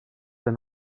been